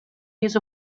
years